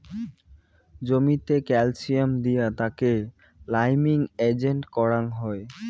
জমিতে ক্যালসিয়াম দিয়া তাকে লাইমিং এজেন্ট করাং হই